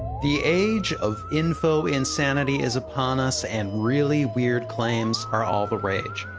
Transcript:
the age of info insanity is upon us, and really weird claims are all the rage.